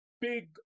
big